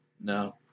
No